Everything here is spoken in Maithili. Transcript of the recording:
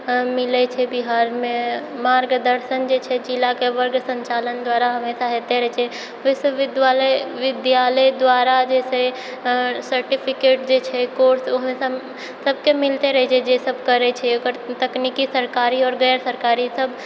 अऽ मिलै छै बिहारमे मार्गदर्शन जे छै जिलाके वर्ग संचालन द्वारा हमेशा हैते रहै छै विश्वविद्यालय विद्यालय द्वारा जैसे सर्टिफिकेट जे छै कोर्स ओहे सब सबके मिलते रहै छै जे सब करै छै ओकर तकनीकी सरकारी आओर गैर सरकारी सब